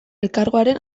elkargoaren